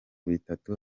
bitatu